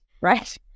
right